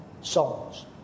songs